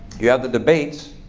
you have the debates.